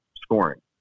scoring